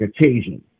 occasion